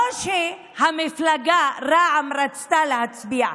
לא רק שהמפלגה רע"מ רצתה להצביע,